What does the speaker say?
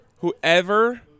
whoever